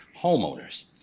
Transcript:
homeowners